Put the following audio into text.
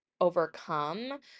overcome